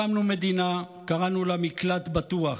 הקמנו מדינה, קראנו לה מקלט בטוח,